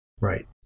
Right